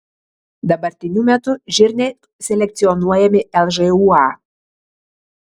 dabartiniu metu žirniai selekcionuojami lžūa